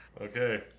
okay